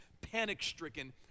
panic-stricken